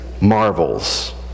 marvels